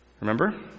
Remember